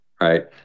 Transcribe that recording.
right